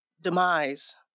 demise